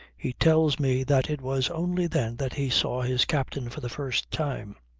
he tells me that it was only then that he saw his captain for the first time.